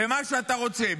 במה שאתה רוצה.